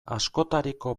askotariko